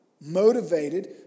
Motivated